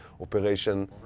operation